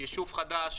יישוב חדש,